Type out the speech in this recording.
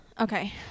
okay